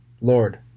Lord